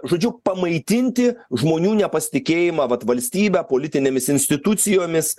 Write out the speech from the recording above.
žodžiu pamaitinti žmonių nepasitikėjimą vat valstybe politinėmis institucijomis